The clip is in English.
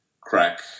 crack